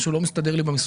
משהו לא מסתדר לי במספרים.